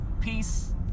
Peace